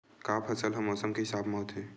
का फसल ह मौसम के हिसाब म होथे?